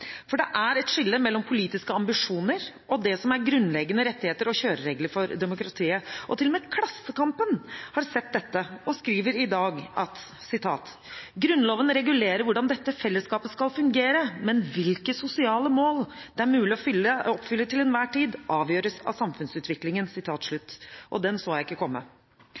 For det er et skille mellom politiske ambisjoner og det som er grunnleggende rettigheter og kjøreregler for demokratiet. Til og med Klassekampen har sett dette og skriver i dag: «Grunnloven regulerer hvordan dette fellesskapet skal fungere, men hvilke sosiale mål det er mulig å oppfylle til enhver tid, avgjøres av samfunnsutviklingen.» Den så jeg ikke komme.